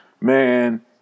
man